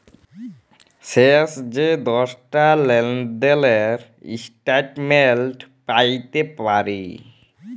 শেষ যে দশটা লেলদেলের ইস্ট্যাটমেল্ট প্যাইতে পারি